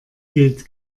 gilt